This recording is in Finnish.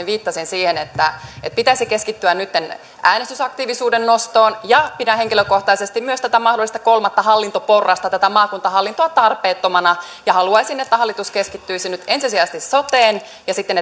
viittasin siihen että pitäisi keskittyä nytten äänestysaktiivisuuden nostoon ja pidän henkilökohtaisesti myös tätä mahdollista kolmatta hallintoporrasta maakuntahallintoa tarpeettomana haluaisin että hallitus keskittyisi nyt ensisijaisesti soteen ja sitten